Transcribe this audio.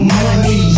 money